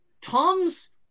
Tom's